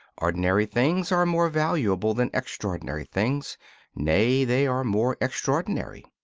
ordinary things are more valuable than extraordinary things nay, they are more extraordinary.